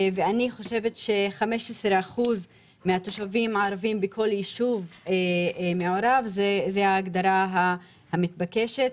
אני חושבת שכשיש 15% תושבים ערבים בכל יישוב מעורב זה ההגדרה המתבקשת.